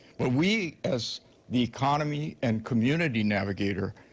but we, as the economy and community navigator,